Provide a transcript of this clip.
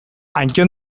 antton